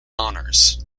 honours